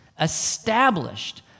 established